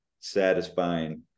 satisfying